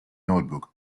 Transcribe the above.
notebook